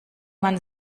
man